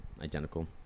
identical